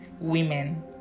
women